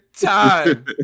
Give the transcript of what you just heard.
time